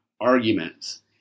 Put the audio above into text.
arguments